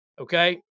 Okay